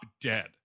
dead